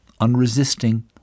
unresisting